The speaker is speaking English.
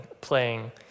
playing